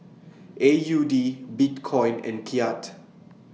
A U D Bitcoin and Kyat